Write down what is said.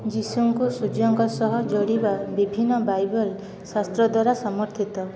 ଯୀଶୁଙ୍କୁ ସୂର୍ଯ୍ୟଙ୍କ ସହ ଯୋଡ଼ିବା ବିଭିନ୍ନ ବାଇବଲ୍ ଶାସ୍ତ୍ର ଦ୍ୱାରା ସମର୍ଥିତ